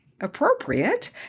appropriate